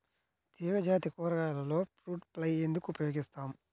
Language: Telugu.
తీగజాతి కూరగాయలలో ఫ్రూట్ ఫ్లై ఎందుకు ఉపయోగిస్తాము?